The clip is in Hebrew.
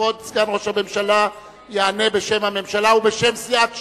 כבוד סגן ראש הממשלה יענה בשם הממשלה ובשם סיעת ש"ס,